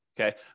Okay